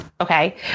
Okay